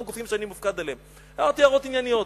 גופים שאני מופקד עליהם." הערתי הערות ענייניות,